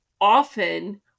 often